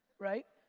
right?